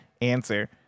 answer